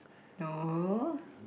no